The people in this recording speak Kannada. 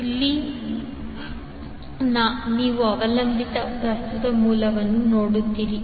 ಎಲ್ಲಿ ನೀವು ಅವಲಂಬಿತ ಪ್ರಸ್ತುತ ಮೂಲವನ್ನು ನೋಡುತ್ತೀರಿ